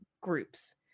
groups